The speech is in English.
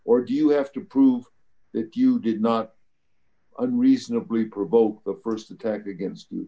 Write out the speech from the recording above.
or do you have to prove that you did not unreasonably provoke the st attack against